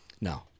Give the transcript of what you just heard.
No